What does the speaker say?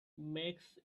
makes